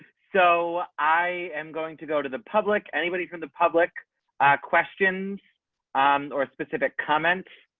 so i am going to go to the public. anybody from the public questions um or specific comments.